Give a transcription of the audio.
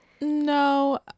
No